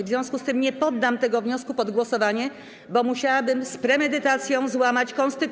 W związku z tym nie poddam tego wniosku pod głosowanie, bo musiałabym z premedytacją złamać konstytucję.